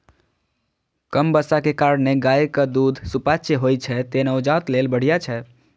कम बसा के कारणें गायक दूध सुपाच्य होइ छै, तें नवजात लेल बढ़िया छै